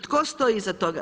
Tko stoji iza toga?